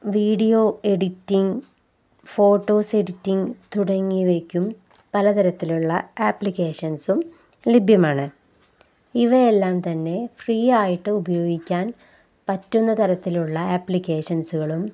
video editing photos editing തുടങ്ങിയവയ്ക്കും പലതരത്തിലുള്ള ആപ്ലിക്കേഷൻസും ലഭ്യമാണ് ഇവയെല്ലാം തന്നെ ഫ്രീ ആയിട്ട് ഉപയോഗിക്കാൻ പറ്റുന്ന തരത്തിലുള്ള ആപ്ലിക്കേഷൻസുകളും